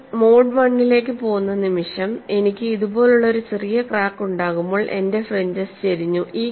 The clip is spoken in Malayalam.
നിങ്ങൾ മോഡ് I ലേക്ക് പോകുന്ന നിമിഷം എനിക്ക് ഇതുപോലുള്ള ഒരു ചെറിയ ക്രാക്ക് ഉണ്ടാകുമ്പോൾ എന്റെ ഫ്രിഞ്ചെസ് ചരിഞ്ഞു